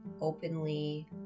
openly